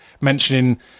mentioning